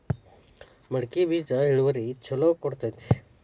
ಮಡಕಿ ಬೇಜ ಇಳುವರಿ ಛಲೋ ಕೊಡ್ತೆತಿ?